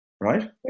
Right